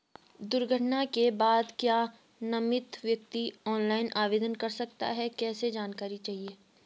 दुर्घटना के बाद क्या नामित व्यक्ति ऑनलाइन आवेदन कर सकता है कैसे जानकारी चाहिए?